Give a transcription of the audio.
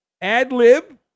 ad-lib